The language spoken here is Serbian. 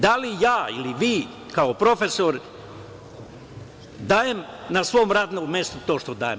Da li ja, ili vi, kao profesor dajem na svom radnom mestu to što dajem?